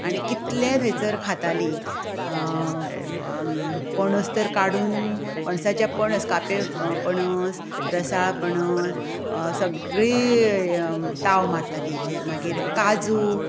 आनी कितलें थंयसर खाताली आमी पणस तर काडून पणसाचे पणस कापे पणस रसाळ पणस सगळीं ताव मारताली हाचेर मागीर काजू